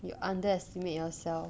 you underestimate yourself